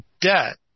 debt